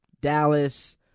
Dallas